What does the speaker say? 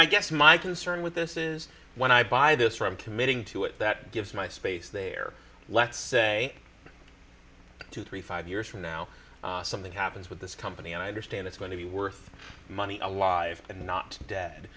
i guess my concern with this is when i buy this from committing to it that gives my space there let's say two three five years from now something happens with this company and i understand it's going to be worth money alive and not dead